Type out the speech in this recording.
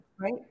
right